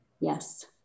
Yes